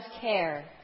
care